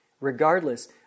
regardless